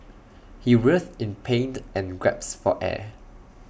he writhed in pain and gasped for air